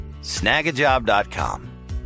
Snagajob.com